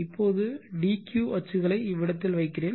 இப்போது dq அச்சுகளை இவ்விடத்தில் வைக்கின்றேன்